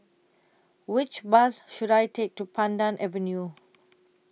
Which Bus should I Take to Pandan Avenue